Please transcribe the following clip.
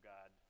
God